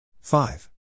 five